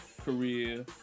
career